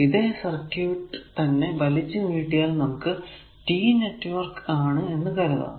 ഇതേ സർക്യൂട് തന്നെ വലിച്ചു നീട്ടിയാൽ നമുക്ക് T നെറ്റ്വർക്ക് ആണ് എന്ന് കരുതാം